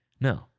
no